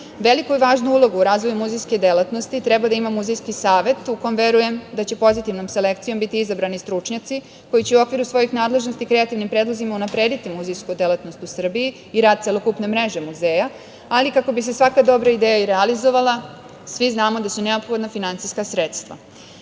rastu. Veliku i važnu ulogu u razvoju muzejske delatnosti treba da ima Muzejski savet, u kome verujem da će pozitivnom selekcijom biti izabrani stručnjaci koji će u okviru svojih nadležnosti kreativnim predlozima unaprediti muzejsku delatnost u Srbiji i rad celokupne mreže muzeja. Ali, kako bi se svaka dobra ideja realizovala, svi znamo da su neophodna finansijska sredstva. Samo